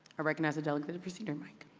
recognize the delegate at the procedure mic.